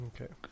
Okay